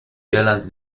irland